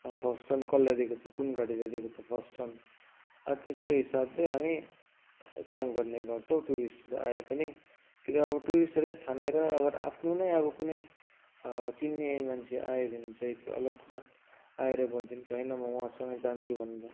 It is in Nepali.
अब फर्स्ट टर्न कसलाई दिएको छ कुन गाडीलाई दिएको छ फर्स्ट टर्न त्यसको हिसाबले हामी काम गर्ने गर्छौँ टुरिस्टहरू आए पनि कि त अब टुरिस्टहरूलाई छानेर अगर आफ्नो नै अब कुनै चिन्ने मान्छे आयो भने चाहिँ त्यो अलग कुरा आएर भन्छन् कि होइन म उहाँसँगै जान्छु भनेर